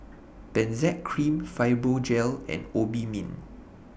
Benzac Cream Fibogel and Obimin